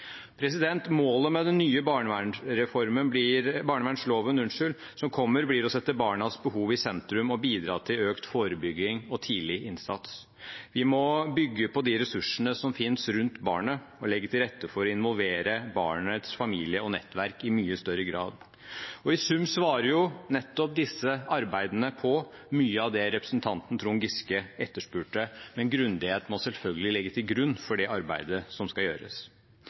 Målet med den nye barnevernsloven som kommer, blir å sette barnas behov i sentrum og bidra til økt forebygging og tidlig innsats. Vi må bygge på de ressursene som finnes rundt barnet, og legge til rette for å involvere barnets familie og nettverk i mye større grad. I sum svarer disse arbeidene på mye av det representanten Trond Giske etterspurte, men grundighet må selvfølgelig legges til grunn for det arbeidet som skal gjøres.